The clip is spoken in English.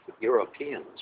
Europeans